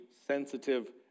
sensitive